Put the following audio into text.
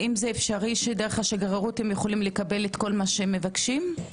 האם זה אפשרי לקבל את כל מה שהם מבקשים דרך השגרירות?